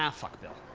yeah fuck bill.